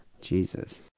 Jesus